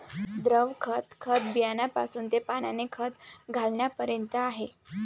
द्रव खत, खत बियाण्यापासून ते पाण्याने खत घालण्यापर्यंत आहे